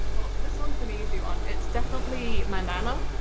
oh this one's an easy one. it's definitely my nana.